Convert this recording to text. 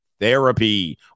therapy